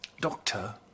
Doctor